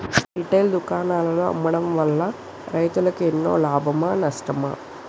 Retail దుకాణాల్లో అమ్మడం వల్ల రైతులకు ఎన్నో లాభమా నష్టమా?